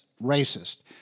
racist